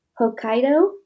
Hokkaido